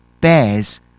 bears